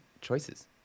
choices